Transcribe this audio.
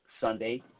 Sunday